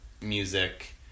music